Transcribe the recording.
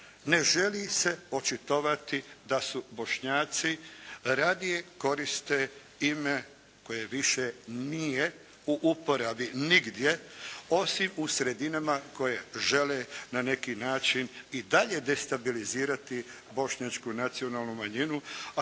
ne želi se očitovati da su Bošnjaci. Radije koriste ime koje više nije u uporabi nigdje osim u sredinama koje žele na neki način i dalje destabilizirati bošnjačku nacionalnu manjinu